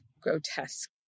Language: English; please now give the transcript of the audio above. grotesque